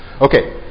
Okay